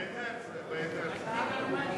באינרציה, באינרציה.